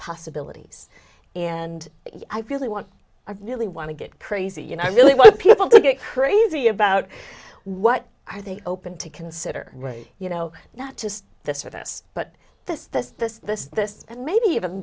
possibilities and i really want i really want to get crazy you know i really want people to get crazy about what i think open to consider right you know not just this or this but this this this this this and maybe even